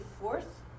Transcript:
fourth